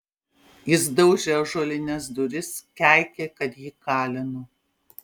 jis daužė ąžuolines duris keikė kad jį kalinu